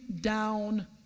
down